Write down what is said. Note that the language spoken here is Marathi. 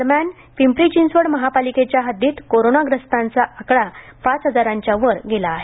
दरम्यान पिंपरी चिंचवड महापालिकेच्या हद्दीत कोरोना ग्रस्तांचां आकडा पाच हजारांच्या वर गेला आहे